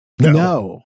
No